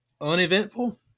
uneventful